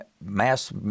mass